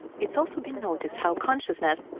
it's also noticed how consciousness,